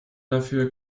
dafür